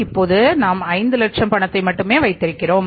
இப்போது நாம் 5 லட்சம் பணத்தை மட்டுமே வைத்திருக்கிறோம்